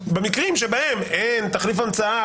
במקרים שבהם אין תחליף המצאה,